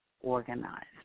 organized